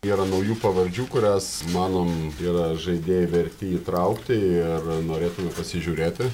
yra naujų pavardžių kurias manom yra žaidėjai verti įtraukti ir norėtumėme pasižiūrėti